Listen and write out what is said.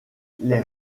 les